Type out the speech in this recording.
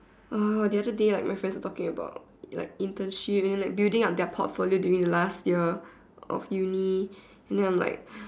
oh the other day like my friends were talking about like internship and then like building up their portfolio during the last year of uni and then I am like